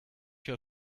your